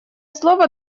слово